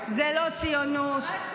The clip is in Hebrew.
אני מסכימה איתך על השופטים.